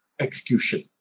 execution